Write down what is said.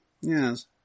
Yes